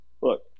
Look